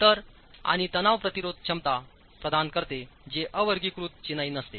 तर आणि तणाव प्रतिरोध क्षमता प्रदान करते जे अवर्गीकृत चिनाई नसते